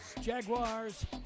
Jaguars